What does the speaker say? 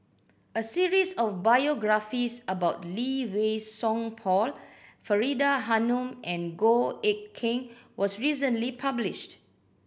a series of biographies about Lee Wei Song Paul Faridah Hanum and Goh Eck Kheng was recently published